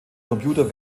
computer